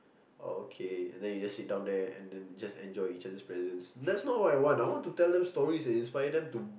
okay and then you just sit down there and then just enjoy each other's presence that's not what I want I want to tell them stories and inspire them to